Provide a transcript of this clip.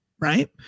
Right